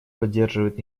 поддерживает